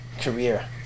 career